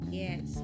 yes